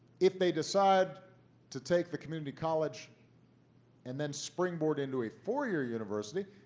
if they decide to take the community college and then springboard into a four-year university,